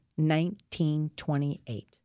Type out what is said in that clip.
1928